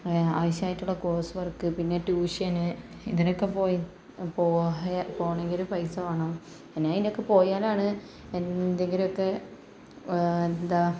ആവശ്യമായിട്ടുള്ള course work പിന്നെ ട്യൂഷന് ഇതിനൊക്കെ പോയി പോയ പോകണമെങ്കില് പൈസ വേണം പിന്നെ ഇതിനൊക്കെ പോയാലാണ് എന്തെങ്കിലുമൊക്കെ എന്താ